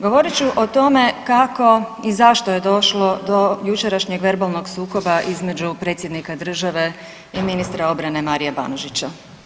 Govorit ću o tome kako i zašto je došlo do jučerašnjeg verbalnog sukoba između predsjednika države i ministra obrane Marija Banožića.